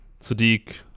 Sadiq